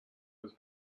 was